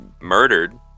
murdered